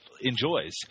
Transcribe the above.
enjoys